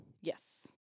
Yes